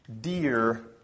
dear